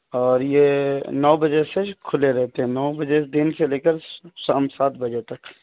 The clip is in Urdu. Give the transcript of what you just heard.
اور یہ نو بجے سے کھلے رہتے ہیں نو بجے دن سے لے کر شام سات بجے تک